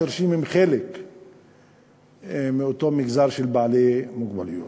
החירשים הם חלק מאותו מגזר של בעלי מוגבלויות,